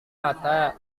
mata